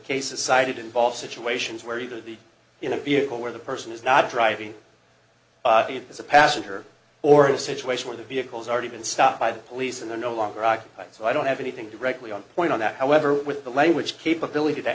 cases cited involve situations where you do the in a vehicle where the person is not driving as a passenger or a situation where the vehicles already been stopped by the police and the no longer occupied so i don't have anything to directly on point on that however with the language capability that